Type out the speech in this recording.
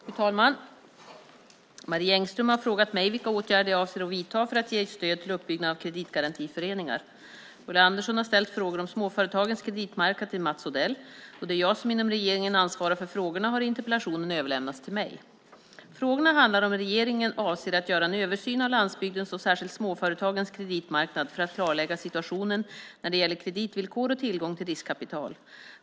Fru talman! Marie Engström har frågat mig vilka åtgärder jag avser att vidta för att ge stöd till uppbyggnad av kreditgarantiföreningar. Ulla Andersson har ställt frågor om småföretagens kreditmarknad till Mats Odell. Då det är jag som inom regeringen ansvarar för frågorna har interpellationen överlämnats till mig. Frågorna handlar om huruvida regeringen avser att göra en översyn av landsbygdens och särskilt småföretagens kreditmarknad för att klarlägga situationen när det gäller kreditvillkor och tillgång till riskkapital.